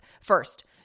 First